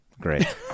great